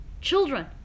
children